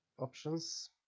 options